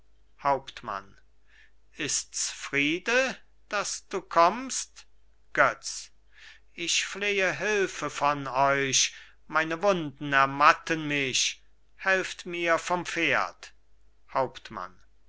hauptmann ist's friede daß du kommst götz ich flehe hülfe von euch meine wunden ermatten mich helft mir vom pferd hauptmann